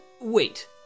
wait